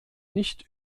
nicht